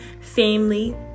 family